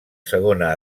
segona